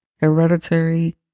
hereditary